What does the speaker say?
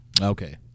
Okay